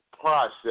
process